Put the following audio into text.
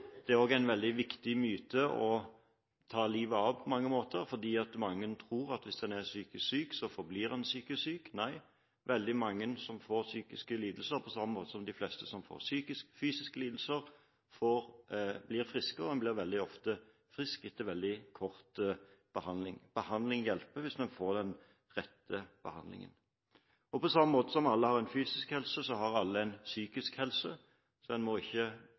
Det er også en veldig viktig myte å ta livet av – på mange måter – for mange tror at hvis man er psykisk syk, forblir man psykisk syk. Nei, veldig mange som får psykiske lidelser, på samme måte som de fleste som får fysiske lidelser, blir friske, og en blir veldig ofte frisk etter kort behandling. Behandling hjelper hvis man får den rette behandlingen. På samme måte som alle har en fysisk helse, har alle en psykisk helse. En må ikke